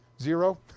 Zero